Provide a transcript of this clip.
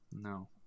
no